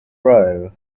row